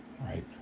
right